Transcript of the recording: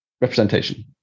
representation